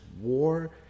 war